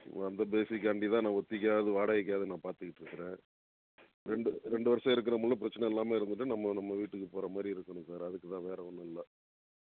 அந்த பேசிக்காண்டி தான் நான் ஒத்திக்கியாவது வாடகைக்கியாவது நான் பாத்துக்கிட்ருக்குறேன் ரெண்டு ரெண்டு வருஷம் இருக்கறம் ஒன்றும் பிரச்சனை இல்லாமல் இருந்துட்டு நம்ம நம்ம வீட்டுக்கு போகிற மாதிரி இருக்கணும் சார் அதுக்கு தான் வேற ஒன்னும் இல்லை